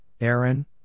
Aaron